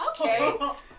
Okay